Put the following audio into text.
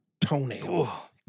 toenail